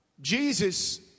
Jesus